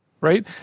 right